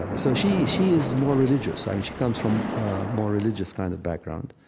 ah so she she is more religious. i mean, she comes from a more religious kind of background,